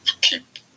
keep